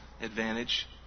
advantage